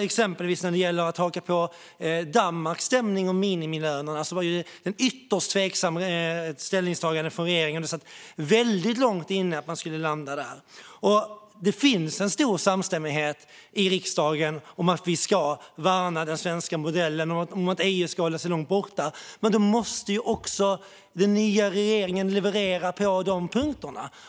Exempelvis när det gäller att haka på Danmarks stämning gällande minimilönerna var regeringens ställningstagande ytterst tveksamt. Det satt väldigt långt inne att man skulle landa där. Det finns en stor samstämmighet i riksdagen kring att vi ska värna den svenska modellen och att EU ska hålla sig långt borta. Men då måste den nya regeringen också leverera på de punkterna.